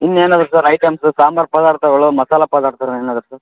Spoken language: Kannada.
ಇನ್ನೇನಾದರು ಸರ್ ಐಟಮ್ಸ್ ಸಾಂಬಾರ್ ಪದಾರ್ಥಗಳು ಮಸಾಲ ಪದಾರ್ಥ ಏನಾದರು ಸರ್